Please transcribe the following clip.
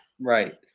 Right